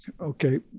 okay